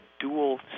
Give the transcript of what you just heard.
dual